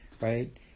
right